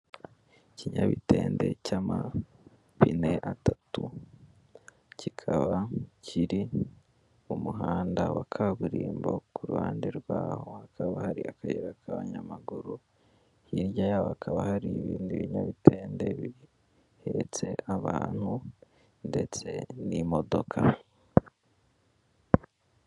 Ikinyamitende cy'amapine atatu, kikaba kiri mu muhanda wa kaburimbo, ku ruhande rwaho hakaba hari akayira k'abanyamaguru, hirya yaho hakaba hari ibindi binyamitende bihetse abantu ndetse n'imodoka.